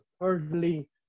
thirdly